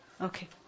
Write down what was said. Okay